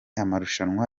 amarushanwa